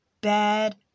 Bad